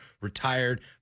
retired